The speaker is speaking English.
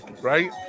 right